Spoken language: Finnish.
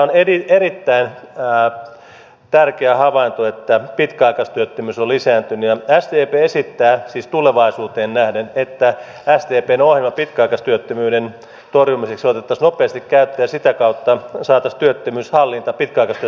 on erittäin tärkeä havainto että pitkäaikaistyöttömyys on lisääntynyt ja sdp esittää siis tulevaisuuteen nähden että sdpn ohjelma pitkäaikaistyöttömyyden torjumiseksi otettaisiin nopeasti käyttöön ja sitä kautta saataisiin pitkäaikaistyöttömyys hallintaan